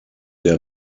der